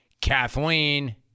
Kathleen